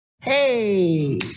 Hey